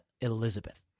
Elizabeth